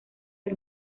del